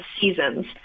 seasons